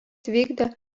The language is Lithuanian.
vykdė